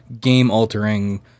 game-altering